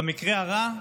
ובמקרה הרע,